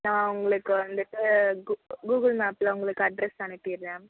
நான் உங்களுக்கு வந்துட்டு கூகுள் கூகுள் மேப்பில் உங்களுக்கு அட்ரெஸ் அனுப்பிடுறேன்